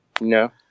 No